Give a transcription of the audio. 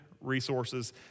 resources